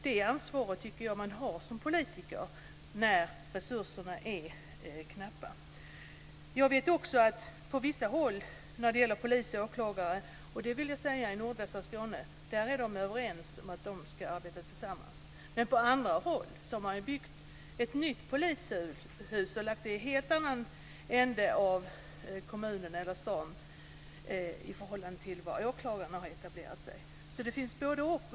Det ansvaret har man som politiker, eftersom resurserna är så knappa. I nordvästra Skåne är man överens om att polis och åklagare ska arbeta tillsammans. Men på andra håll har man byggt ett nytt polishus och förlagt verksamheterna till olika ställen. Det finns både-och.